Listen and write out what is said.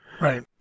right